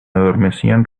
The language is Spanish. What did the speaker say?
adormecían